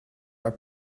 are